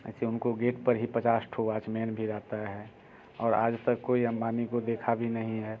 ऐसे उनको गेट पर ही पचास थो वाचमैन भी रहता है और आज तक कोई अम्बानी को देखा भी नहीं है